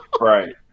right